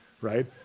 right